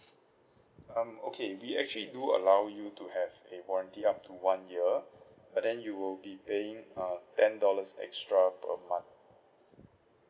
um okay we actually do allow you to have a warranty up to one year but then you'll be paying uh ten dollars extra per month